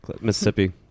Mississippi